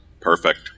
Perfect